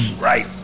Right